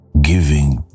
giving